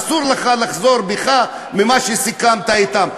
אסור לך לחזור בך ממה שסיכמת אתם.